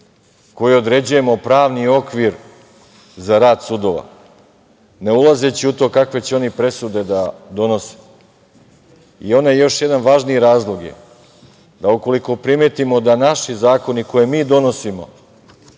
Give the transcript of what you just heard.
koji određujemo pravni okviru za rad sudova, ne ulazeći u to kakve će oni presude da donose. Onaj, još jedan važniji razlog je da ukoliko primetimo da naši zakoni koje mi donosimo